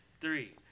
three